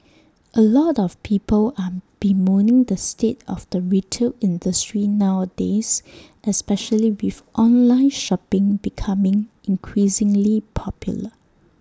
A lot of people are bemoaning the state of the retail industry nowadays especially with online shopping becoming increasingly popular